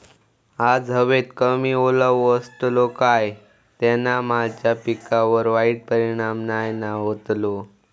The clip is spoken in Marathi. आज हवेत कमी ओलावो असतलो काय त्याना माझ्या पिकावर वाईट परिणाम नाय ना व्हतलो?